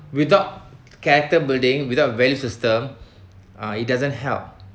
without character building without value system uh it doesn't help